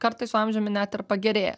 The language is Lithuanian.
kartais su amžiumi net ir pagerėja